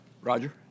Roger